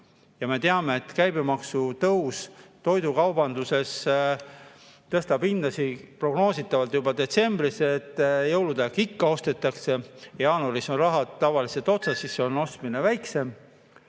Me teame, et käibemaksutõus toidukaubanduses tõstab hindasid prognoositavalt juba detsembris. Jõulude aeg ikka ostetakse, jaanuaris on raha tavaliselt otsas, siis on ostmine väiksem.